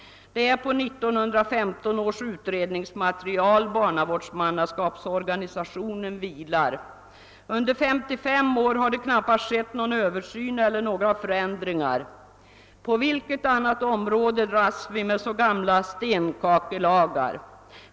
Det är på 1915 års utredningsmaterial som barnavårdsmannaorganisationen vilar. Under 55 år har det knappast skett någon översyn eller några förändringar. På vilket annat område dras vi med så gamla stenkakelagar?